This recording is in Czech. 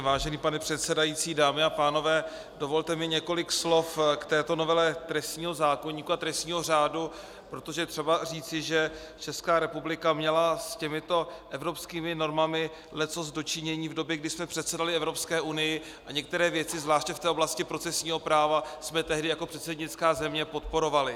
Vážený pane předsedající, dámy a pánové, dovolte mi několik slov k této novele trestního zákoníku a trestního řádu, protože je třeba říci, že Česká republika měla s těmito evropskými normami leccos do činění v době, kdy jsme předsedali Evropské unii, a některé věci zvláště v oblasti procesního práva jsme tehdy jako předsednická země podporovali.